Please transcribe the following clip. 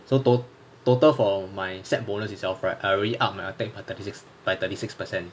so to~ total for my set bonus itself right I already up my attack by thirty six by thirty six percent